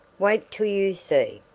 wait till you see!